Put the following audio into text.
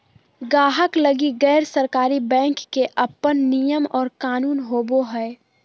गाहक लगी गैर सरकारी बैंक के अपन नियम और कानून होवो हय